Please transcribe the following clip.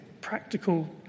practical